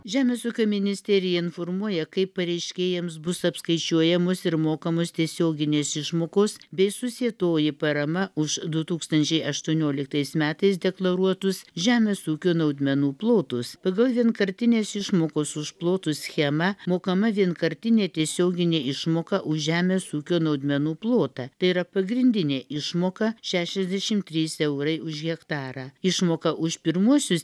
žemės ūkio ministerija informuoja kaip pareiškėjams bus apskaičiuojamos ir mokamos tiesioginės išmokos bei susietoji parama už du tūkstančiai aštuonioliktais metais deklaruotus žemės ūkio naudmenų plotus pagal vienkartinės išmokos už plotus schemą mokama vienkartinė tiesioginė išmoka už žemės ūkio naudmenų plotą tai yra pagrindinė išmoka šešiasdešimt trys eurai už hektarą išmoka už pirmuosius